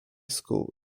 school